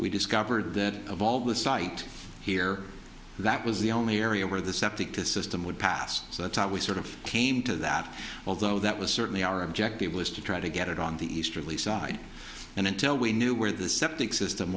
we discovered that of all the site here that was the only area where the septic system would pass so that's why we sort of came to that although that was certainly our objective was to try to get it on the easterly side and until we knew where the septic system